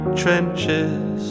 trenches